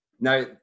Now